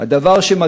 נתחיל מהדבר החשוב